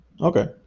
okay